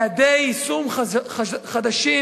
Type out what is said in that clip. יעדי יישום חדשים,